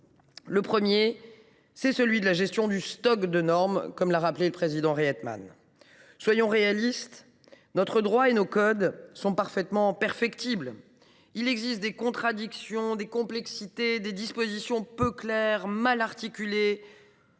chantier, c’est celui de la gestion du stock de normes, comme l’a rappelé le président de la délégation aux entreprises. Soyons réalistes, notre droit et nos codes sont largement perfectibles. Il existe des contradictions, des complexités, des dispositions peu claires ou mal articulées,